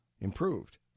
improved